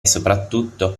soprattutto